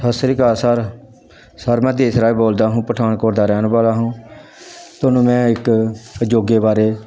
ਸਤਿ Sri Akal sir sir ਮੈਂ ਦੇਸ ਰਾਜ ਬੋਲਦਾ ਹਾਂ ਪਠਾਨਕੋਟ ਦਾ ਰਹਿਣ ਵਾਲਾ ਹਾਂ ਤੁਹਾਨੂੰ ਮੈਂ ਇੱਕ ਯੋਗਾ ਬਾਰੇ